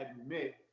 admit